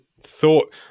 thought